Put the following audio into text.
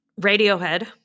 Radiohead